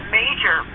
major